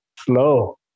slow